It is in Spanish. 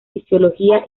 fisiología